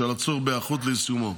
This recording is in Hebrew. בשל הצורך בהיערכות ליישומו,